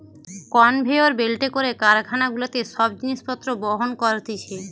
conveyor বেল্টে করে কারখানা গুলাতে সব জিনিস পত্র বহন করতিছে